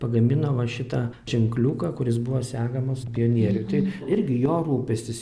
pagamino va šitą ženkliuką kuris buvo segamas pionieriui tai irgi jo rūpestis